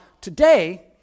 today